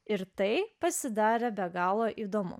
ir tai pasidarė be galo įdomu